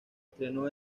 estrenó